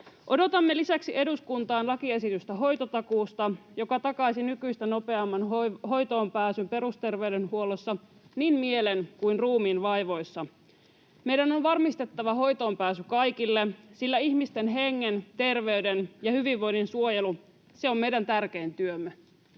Odotamme eduskuntaan lisäksi lakiesitystä hoitotakuusta, joka takaisi nykyistä nopeamman hoitoonpääsyn perusterveydenhuollossa niin mielen kuin ruumiin vaivoissa. Meidän on varmistettava hoitoonpääsy kaikille, sillä ihmisten hengen, terveyden ja hyvinvoinnin suojelu on meidän tärkein työmme.